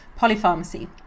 polypharmacy